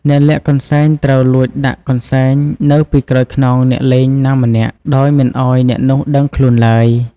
អ្នកលាក់កន្សែងត្រូវលួចដាក់កន្សែងនៅពីក្រោយខ្នងអ្នកលេងណាម្នាក់ ដោយមិនឲ្យអ្នកនោះដឹងខ្លួនឡើយ ។